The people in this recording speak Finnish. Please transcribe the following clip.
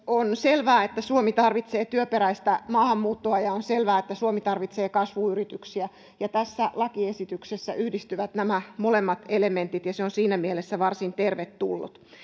on selvää että suomi tarvitsee työperäistä maahanmuuttoa ja on selvää että suomi tarvitsee kasvuyrityksiä tässä lakiesityksessä yhdistyvät nämä molemmat elementit ja se on siinä mielessä varsin tervetullut